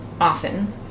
often